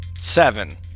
Seven